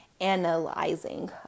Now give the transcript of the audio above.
analyzing